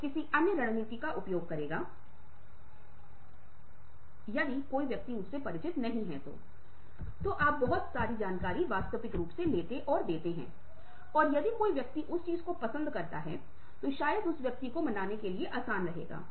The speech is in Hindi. और जब आप यह सब कर चुके होते हैं तो यह आदत बन जाएगी क्योंकि आप इस साधना को करने की कोशिश करते हैं और बोलने के लिए तैयार हो जाते हैं